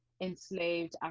enslaved